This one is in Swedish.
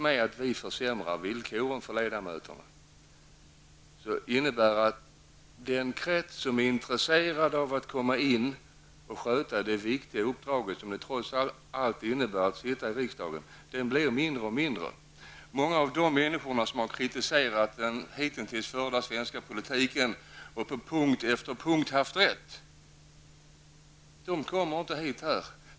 Jo, det får den effekten att den krets som är intresserad av att komma in i riksdagen och sköta det viktiga uppdrag som det trots allt innebär att sitta i riksdagen, blir mindre och mindre i takt med att vi försämrar villkoren för ledamöterna. Många av de människor som har kritiserat den hittills förda svenska politiken, och på punkt efter punkt haft rätt, kommer inte hit.